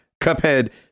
Cuphead